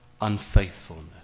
unfaithfulness